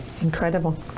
Incredible